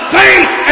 faith